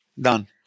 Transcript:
done